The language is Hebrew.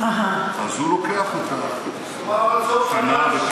אז הוא לוקח אותך שנה וחודש,